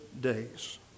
days